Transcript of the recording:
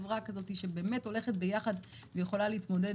חברה שבאמת הולכת ביחד ויכולה להתמודד